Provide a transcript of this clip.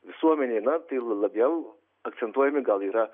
visuomenėje na tai labiau akcentuojami gal yra